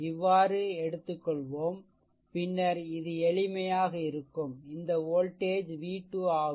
இவ்வாறு எடுத்துக்கொள்வோம் பின்னர் இது எளிமையாக இருக்கும் இந்த வோல்டேஜ் v2 ஆகும்